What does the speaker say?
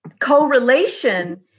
correlation